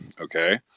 Okay